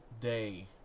day